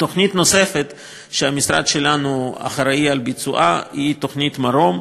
תוכנית נוספת שהמשרד שלנו אחראי לביצועה היא תוכנית "מרום",